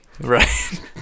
Right